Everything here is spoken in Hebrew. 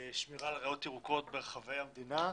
שמירה על ריאות ירוקות ברחבי המדינה.